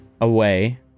away